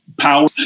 power